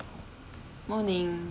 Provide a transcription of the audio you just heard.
morning